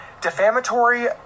defamatory